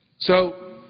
so,